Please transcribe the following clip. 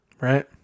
Right